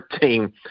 team